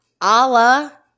Allah